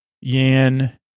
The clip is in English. Yan